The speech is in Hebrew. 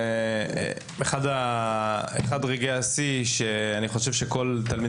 זה אחד מרגעי השיא שאני חושב שכל תלמיד